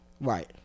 Right